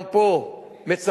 גם פה מצמצמים.